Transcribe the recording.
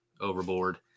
overboard